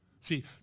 See